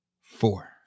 Four